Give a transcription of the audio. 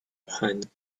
behind